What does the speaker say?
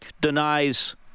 denies